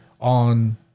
on